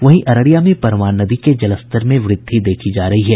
वहीं अररिया में परमान नदी के जलस्तर में वृद्धि देखी जा रही है